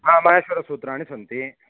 माहेश्वरसूत्राणि सन्ति